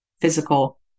physical